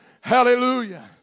Hallelujah